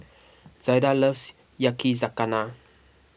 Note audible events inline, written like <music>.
<noise> Zaida loves Yakizakana